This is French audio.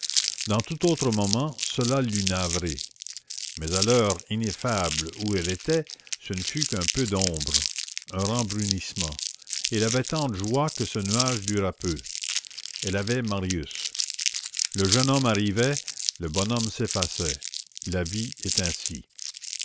dans tout autre moment cela l'eût navrée mais à l'heure ineffable où elle était ce ne fut qu'un peu d'ombre un rembrunissement et elle avait tant de joie que ce nuage dura peu elle avait marius le jeune homme arrivait le bonhomme s'effaçait la vie est ainsi